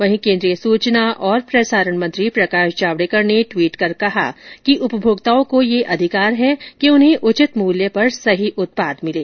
वहीं केन्द्रीय सूचना और प्रसारण मंत्री प्रकाश जावडेकर ने ट्वीट कर कहा कि उपभोक्ताओं को ये अधिकार है कि उन्हें उचित मूल्य पर सही उत्पाद मिले